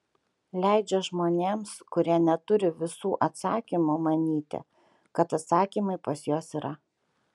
leidžia žmonėms kurie neturi visų atsakymų manyti kad atsakymai pas juos yra